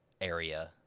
area